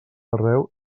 arreu